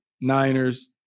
Niners